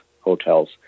hotels